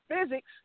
physics